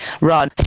run